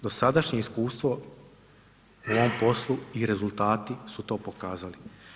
Dosadašnje iskustvo u ovom poslu i rezultati su to pokazali.